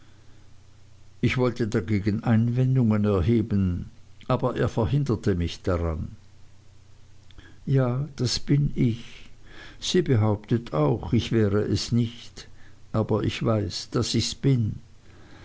ich wollte dagegen einwendungen erheben aber er verhinderte mich daran ja das bin ich sie behauptet auch ich wäre es nicht aber ich weiß daß ichs bin